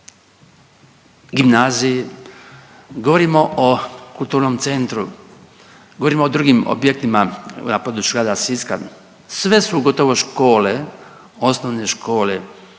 gimnaziji, govorimo o kulturnom centru, govorimo o drugim objektima na području grada Siska, sve su gotovo škole, osnovne škole